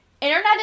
Internet